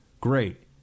Great